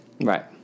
Right